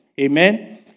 Amen